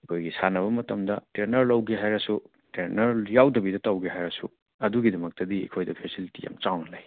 ꯑꯩꯈꯣꯏꯒꯤ ꯁꯥꯟꯅꯕ ꯃꯇꯝꯗ ꯇ꯭ꯔꯦꯟꯅꯔ ꯂꯧꯒꯦ ꯍꯥꯏꯔꯁꯨ ꯇ꯭ꯔꯦꯟꯅꯔ ꯌꯥꯎꯗꯕꯤꯗ ꯇꯧꯒꯦ ꯍꯥꯏꯔꯁꯨ ꯑꯗꯨꯒꯤꯗꯃꯛꯇꯗꯤ ꯑꯩꯈꯣꯏꯅ ꯐꯦꯁꯤꯂꯤꯇꯤ ꯌꯥꯝ ꯆꯥꯎꯅ ꯂꯩ